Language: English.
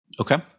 Okay